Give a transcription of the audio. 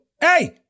hey